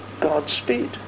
Godspeed